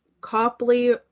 Copley